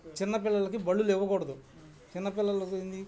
చిన్న పిల్లలకి బళ్ళులు ఇవ్వకూడదు చిన్న పిల్లలకేంది